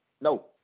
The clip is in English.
No